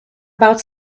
about